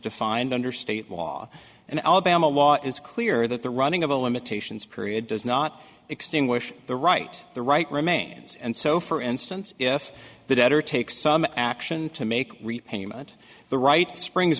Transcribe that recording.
defined under state law and alabama law is clear that the running of the limitations period does not extinguish the right the right remains and so for instance if the debtor take some action to make repayment the right springs